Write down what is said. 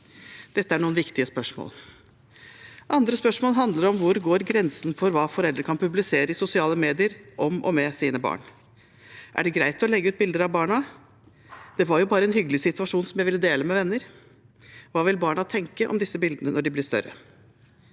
Dette er noen viktige spørsmål. Andre spørsmål handler om hvor grensen går for hva foreldre kan publisere i sosiale medier, om og med sine barn. Er det greit å legge ut bilder av barna? – Det var jo bare en hyggelig situasjon som jeg ville dele med venner. Hva vil barna tenke om disse bildene når de blir større?